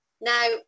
now